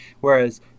Whereas